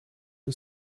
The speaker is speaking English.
who